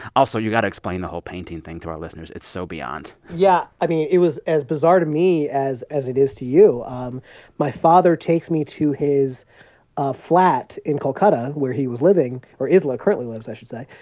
also, you've got to explain the whole painting thing to our listeners. it's so beyond yeah. i mean, it was as bizarre to me as as it is to you. um my father takes me to his ah flat in calcutta, where he was living or is like currently lives, i should say.